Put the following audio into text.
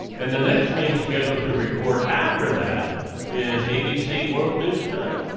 and the next thing scheduled to record after that is abc world news tonight.